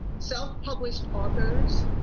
self published authors,